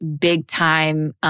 big-time